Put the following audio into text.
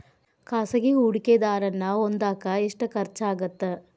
ಖಾಸಗಿ ಹೂಡಕೆದಾರನ್ನ ಹೊಂದಾಕ ಎಷ್ಟ ಖರ್ಚಾಗತ್ತ